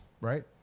Right